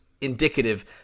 indicative